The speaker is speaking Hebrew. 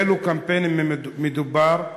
באילו קמפיינים מדובר?